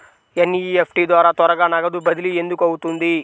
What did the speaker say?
NEFT ద్వారా త్వరగా నగదు బదిలీ ఎందుకు అవుతుంది?